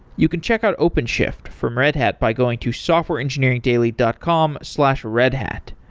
you can check out openshift from red hat by going to softwareengineeringdaily dot com slash redhat.